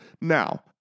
now